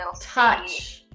Touch